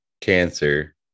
cancer